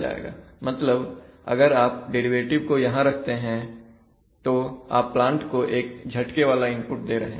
मतलब अगर आप डेरिवेटिव को यहां रखते हैं तो आप प्लांट को एक झटके वाला इनपुट दे रहे हैं